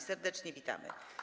Serdecznie witamy.